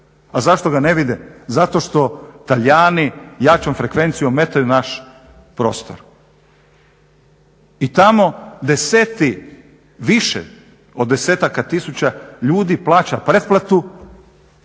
a zašto ga ne vide? Zato što Talijani jačom frekvencijom ometaju naš prostor i tamo deseti više od desetaka tisuća ljudi plaća pretplatu